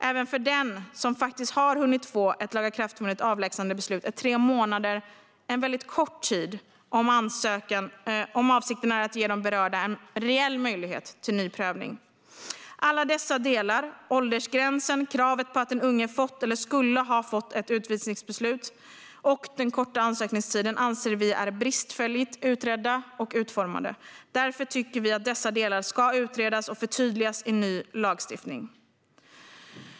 Även för den som faktiskt har hunnit få ett lagakraftvunnet avlägsnandebeslut är tre månader en väldigt kort tid om avsikten är att ge de berörda en reell möjlighet till en ny prövning. Alla dessa delar - åldersgränsen, kravet på att den unge fått eller skulle ha fått ett utvisningsbeslut och den korta ansökningstiden - anser vi är bristfälligt utredda och utformade. Därför tycker vi att dessa delar ska utredas och förtydligas i ny lagstiftning.